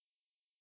mmhmm